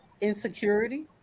insecurity